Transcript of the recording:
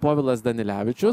povilas danilevičius